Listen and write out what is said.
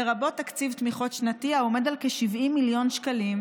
לרבות תקציב תמיכות שנתי העומד על כ-70 מיליון שקלים.